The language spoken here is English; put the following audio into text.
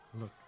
Look